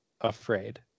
afraid